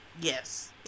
Yes